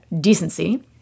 decency